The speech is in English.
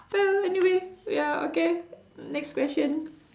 well anyway ya okay next question